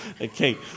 Okay